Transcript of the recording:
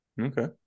Okay